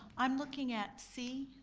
i'm looking at c,